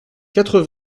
quatre